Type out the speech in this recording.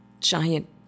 giant